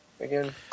again